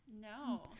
No